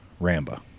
Ramba